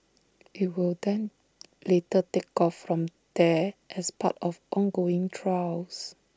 IT will then later take off from there as part of ongoing trials